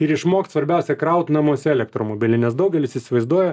ir išmokt svarbiausią kraut namuose elektromobilį nes daugelis įsivaizduoja